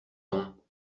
ton